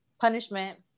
punishment